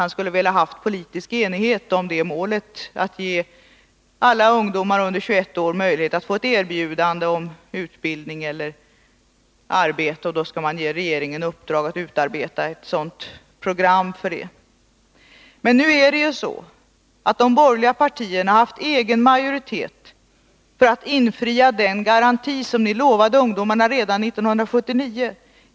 Han skulle ha velat uppnå politisk enighet om målet att ge alla ungdomar under 21 år möjlighet till utbildning eller arbete och om att regeringen skall få i uppdrag att utarbeta ett program för att uppnå detta mål. Men ni har inom de borgerliga partierna haft egen majoritet och möjligheter att infria löftet om en garanti som ni gav ungdomarna redan 1979.